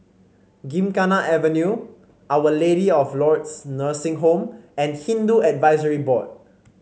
Gymkhana Avenue Our Lady of Lourdes Nursing Home and Hindu Advisory Board